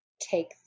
take